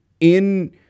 in-